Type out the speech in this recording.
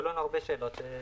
היו לנו הרבה שאלות.